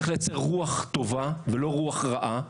צריך לייצר רוח טובה ולא רוח רעה.